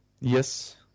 Yes